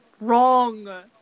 Wrong